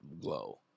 glow